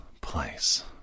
place